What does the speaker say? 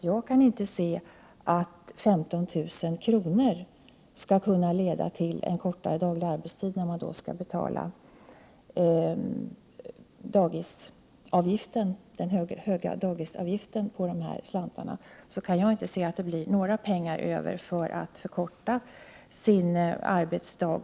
Jag kan inte förstå att 15 000 kr. i vårdnadsbidrag kan leda till att föräldrar får kortare daglig arbetstid. Föräldrarna skall ju betala dagisavgiften, som är hög, av de slantar som de har. Jag kan inte se att det blir några pengar över. Således kan föräldrarna inte förkorta sin arbetsdag.